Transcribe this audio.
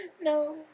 No